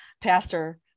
Pastor